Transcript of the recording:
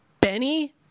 Benny